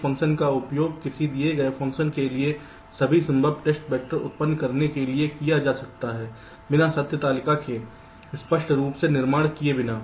एक फ़ंक्शन का उपयोग किसी दिए गए फ़ंक्शन के लिए सभी संभव टेस्ट वैक्टर उत्पन्न करने के लिए किया जा सकता है बिना सत्य तालिका के स्पष्ट रूप से निर्माण किए बिना